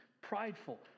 prideful